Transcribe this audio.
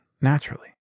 naturally